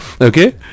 Okay